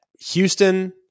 Houston